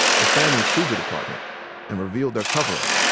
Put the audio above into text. the families sued the department and revealed the cover up.